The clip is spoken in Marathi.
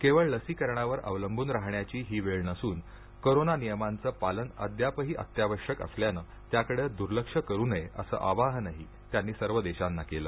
केवळ लसीकरणावर अवलंबून राहण्याची ही वेळ नसून कोरोना नियमांचं पालन अद्यापही अत्यावश्यक असल्यानं त्याकडं दुर्लक्ष करू नये असं आवाहनही त्यांनी सर्व देशांना केलं